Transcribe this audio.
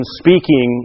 speaking